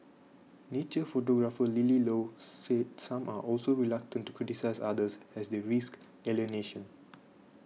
nature photographer Lily Low said some are also reluctant to criticise others as they risk alienation